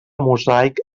mosaic